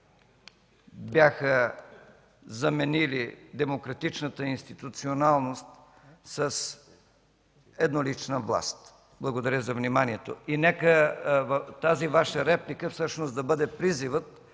бяха заменили демократичната институционалност с еднолична власт. И нека тази Ваша реплика всъщност да бъде призивът